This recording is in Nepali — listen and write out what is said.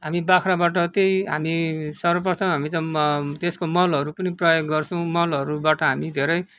हामी बाख्राबाट त्यही हामी सर्वप्रथम हामी त त्यसको मलहरू पनि प्रयोग गर्छौँ मलहरूबाट हामी धेरै